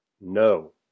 No